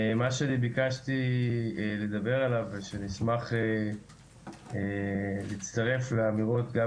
מה שאני ביקשתי לדבר עליו ושנשמח להצטרף לאמירות גם